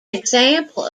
example